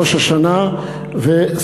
ראש השנה וסוכות,